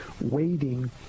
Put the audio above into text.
waiting